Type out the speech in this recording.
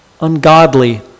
ungodly